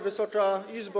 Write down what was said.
Wysoka Izbo!